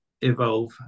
evolve